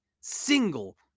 single